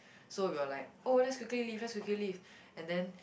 so we were like oh let's quickly leave let's quickly leave and then